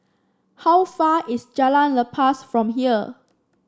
how far is Jalan Lepas from here